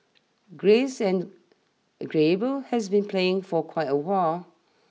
Grace and Gabriel has been playing for quite awhile